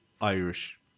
Irish